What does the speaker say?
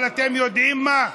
אבל אתם יודעים מה?